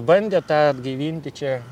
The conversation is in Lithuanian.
bandė tą atgaivinti čia